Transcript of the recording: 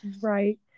Right